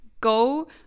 go